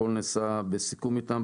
הכל נעשה בסיכום איתם.